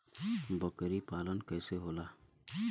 बकरी पालन कैसे होला?